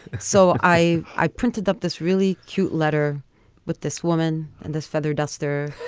so i i printed up this really cute letter with this woman and this feather duster.